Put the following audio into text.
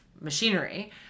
machinery